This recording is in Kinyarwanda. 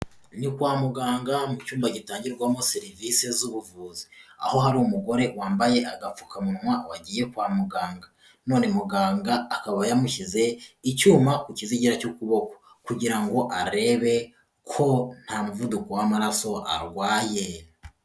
Ni kwa muganga mu cyumba gitangirwamo serivisi z'ubuvuzi, aho hari umugore wambaye agapfukamunwa wagiye kwa muganga, none muganga akaba yamushyize icyuma ku kizigira cy'ukuboko, kugira ngo arebe ko nta muvuduko w'amaraso arwaye.